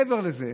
מעבר לזה,